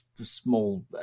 small